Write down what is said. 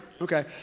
Okay